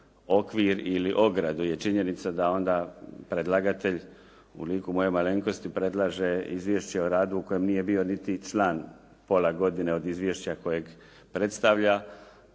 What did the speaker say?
okvir ili ogradu, jer je činjenica da onda predlagatelj u liku moje malenkosti predlaže izvješće o radu u kojem nije bio član niti pola godine izvješća kojeg predstavlja,